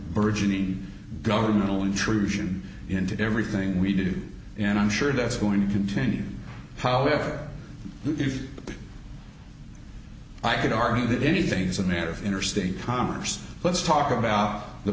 burgeoning governmental intrusion into everything we do and i'm sure that's going to continue however if i could argue that anything's a matter of interstate commerce let's talk about the